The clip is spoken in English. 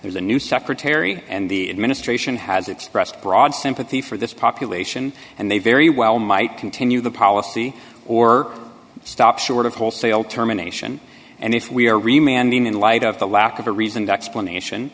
there's a new secretary and the administration has expressed broad sympathy for this population and they very well might continue the policy or stop short of wholesale terminations and if we are remaining in light of the lack of a reasoned explanation